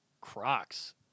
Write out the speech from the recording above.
Crocs